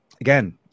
again